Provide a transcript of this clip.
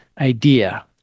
idea